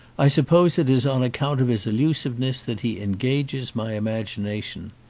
i suppose it is on account of his elusiveness that he engages my imagination.